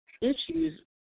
issues